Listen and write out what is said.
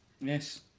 yes